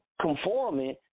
conforming